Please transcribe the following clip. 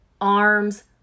arms